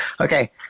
Okay